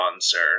sir